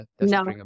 no